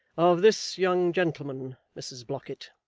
of this young gentleman, mrs blockitt